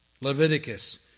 Leviticus